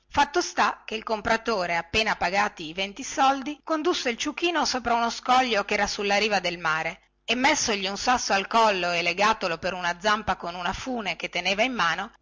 fatto sta che il compratore appena pagati i venti soldi condusse il ciuchino sopra uno scoglio chera sulla riva del mare e messogli un sasso al collo e legatolo per una zampa con una fune che teneva in mano